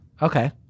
Okay